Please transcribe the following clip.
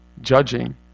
judging